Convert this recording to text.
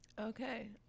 Okay